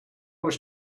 was